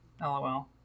Lol